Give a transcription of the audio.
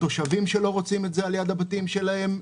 תושבים שלא רוצים את זה על יד הבתים שלהם,